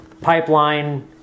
Pipeline